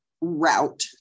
route